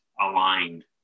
aligned